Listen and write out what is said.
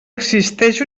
existeix